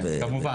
כן, כמובן.